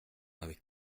avec